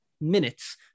minutes